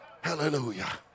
Hallelujah